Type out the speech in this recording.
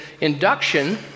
induction